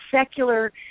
secular